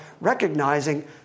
recognizing